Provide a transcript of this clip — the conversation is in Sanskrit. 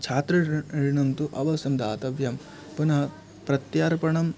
छात्र ऋ ऋणं तु अवश्यं दातव्यं पुनः प्रत्यर्पणम्